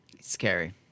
Scary